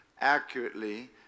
accurately